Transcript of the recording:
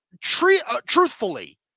truthfully